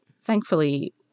Thankfully